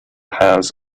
has